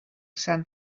sant